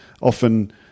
often